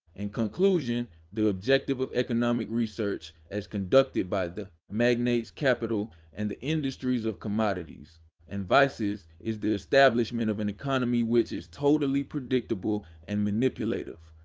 and conclusion, the objective of economic research, as conducted by the magnates capital and the industries of commodities and vices, is the establishment of an economy which is totally predictable and manipulative.